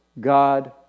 God